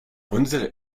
unsere